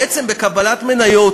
בעצם, בקבלת מניות,